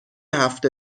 هفته